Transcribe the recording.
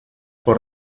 por